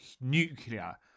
Nuclear